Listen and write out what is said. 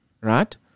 right